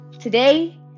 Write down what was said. today